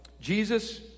Jesus